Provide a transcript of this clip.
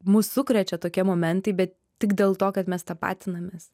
mus sukrečia tokie momentai bet tik dėl to kad mes tapatinamės